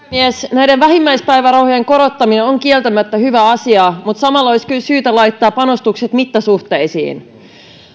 näiden vähimmäispäivärahojen korottaminen on kieltämättä hyvä asia mutta samalla olisi kyllä syytä laittaa panostukset mittasuhteisiin